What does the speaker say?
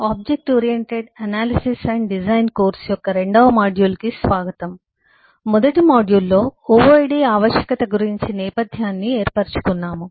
object oriented analysis and design course యొక్క రెండవ module కి స్వాగతం మొదటి మాడ్యుల్లో OOAD ఆవశ్యకత గురించి నేపథ్యాన్ని ఏర్పరచుకున్నాము